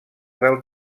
del